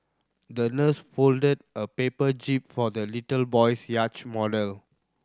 the nurse folded a paper jib for the little boy's yacht model